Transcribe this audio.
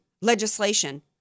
legislation